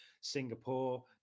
Singapore